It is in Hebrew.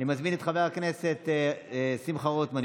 אני מזמין את חבר הכנסת שמחה רוטמן,